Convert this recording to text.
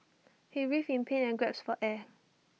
he writhed in pain and gasped for air